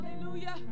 Hallelujah